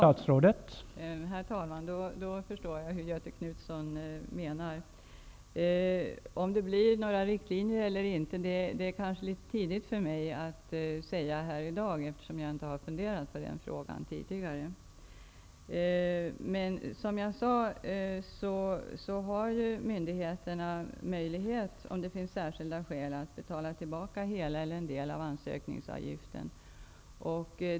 Herr talman! Ja, då förstår jag vad Göthe Knutson menar. Det är litet tidigt för mig att i dag säga om det kommer att bli några riktlinjer eller inte eftersom jag inte har funderat på den frågan tidigare. Myndigheterna har möjlighet, om det finns särskilda skäl, att betala tillbaka hela eller en del av ansökningsavgiften.